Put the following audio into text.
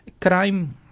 crime